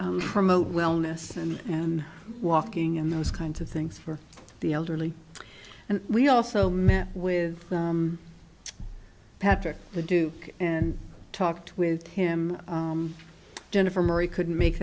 promote wellness and and walking and those kinds of things for the elderly and we also met with patrick the duke and talked with him jennifer marie couldn't make